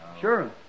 Sure